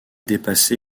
dépassé